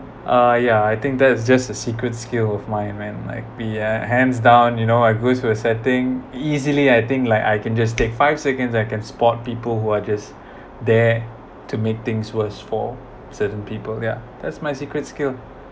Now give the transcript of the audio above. uh yeah I think that's just a secret skill of mine men like be a hands down you know I goes to a setting easily I think like I can just take five seconds I can spot people who are just there to make things worse for certain people ya that's my secret skill